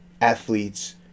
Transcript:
athletes